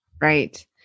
Right